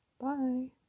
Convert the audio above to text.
Bye